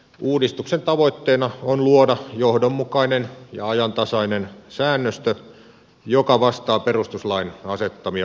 uudistuksen tavoitteena on luoda johdonmukainen ja ajantasainen säännöstö joka vastaa perustuslain asettamia vaatimuksia